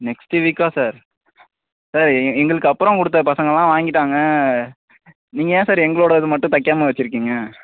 next வீக்கா sir sir எங்களுக்கு அப்பறம் கொடுத்த பசங்கள்லாம் வாங்கிட்டாங்க நீங்கள் ஏன் சார் எங்களோடது மட்டும் தைக்காம வைச்சிருக்கிங்க